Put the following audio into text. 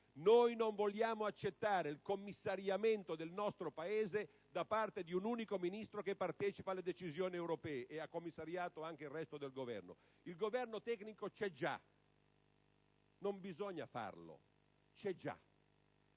Non vogliamo accettare il commissariamento del nostro Paese da parte di un unico Ministro che partecipa alle decisioni europee e che ha commissariato anche il resto del Governo. Il Governo tecnico c'è già, non bisogna farlo. C'è già.